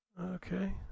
Okay